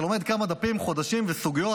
אתה לומד כמה דפים חודשים וסוגיות,